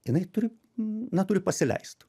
jinai turi na turi pasileist